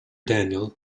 daniels